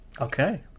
Okay